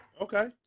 okay